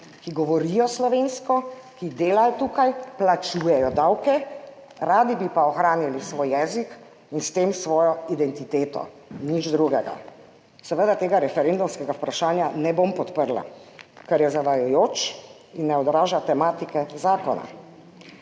ki govorijo slovensko, ki tukaj delajo, plačujejo davke, radi bi pa ohranili svoj jezik in s tem svojo identiteto, nič drugega. Seveda tega referendumskega vprašanja ne bom podprla, ker je zavajajoče in ne odraža tematike zakona,